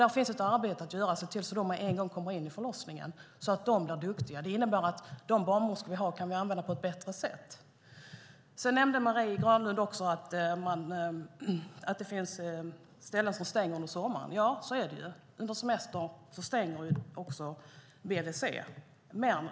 Där finns ett arbete att göra för att se till att de kommer in i förlossningsvården och blir duktiga. Det innebär att vi kan använda de barnmorskor vi har på ett bättre sätt. Marie Granlund nämnde också att det finns ställen som stänger under sommaren. Ja, så är det. Under semestern stänger också MVC.